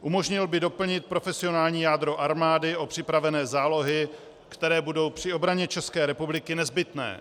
Umožnil by doplnit profesionální jádro armády o připravené zálohy, které budou při obraně České republiky nezbytné.